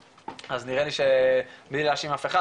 אז נראה לי שבלי להאשים אף אחד,